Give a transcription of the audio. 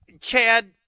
Chad